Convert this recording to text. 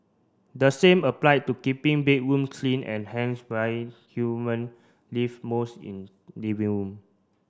the same applied to keeping bedroom clean and hence why human live most in living room